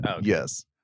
Yes